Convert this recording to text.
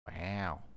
Wow